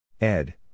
Ed